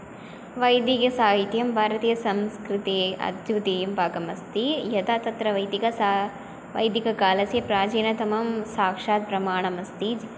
वैदिकसाहित्यं भारतीयसंस्कृते अद्वितीयं पाकमस्ति यदा तत्र वैदिकता वैदिककालस्य प्राचीनतमं साक्षात् प्रमाणम् अस्ति